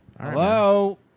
Hello